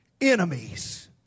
enemies